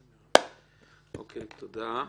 תודה.